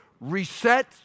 Reset